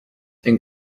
and